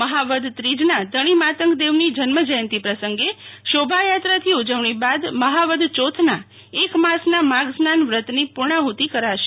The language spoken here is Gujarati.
મહા વદ ત્રીજના ધણી માતંગદેવની જન્મ જયંતી પ્રસંગે શોભાયાત્રા સાથી ઉજવણી બાદ મહા વદ ચોથના એક માસના માધસ્નાન વ્રતની પૂર્ણાહ્તિ કરાશે